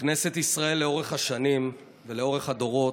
בכנסת ישראל, לאורך השנים ולאורך הדורות,